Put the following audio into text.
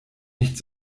nicht